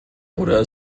oder